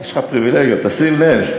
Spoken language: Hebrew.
יש לך פריבילגיות, תשים לב.